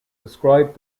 described